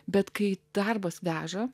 bet kai darbas veža